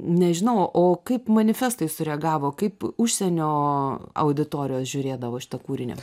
nežinau o kaip manifestai sureagavo kaip užsienio auditorijos žiūrėdavo šitą kūrinį